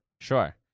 Sure